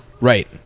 Right